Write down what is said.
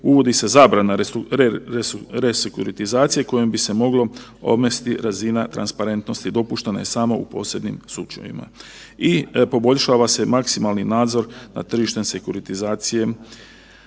Uvodi se zabrana resekuritizacije kojom bi se moglo omesti razina transparentnosti, dopušteno je samo u posebnim slučajevima i poboljšava se maksimalni nadzor nad tržištem sekuritizacije.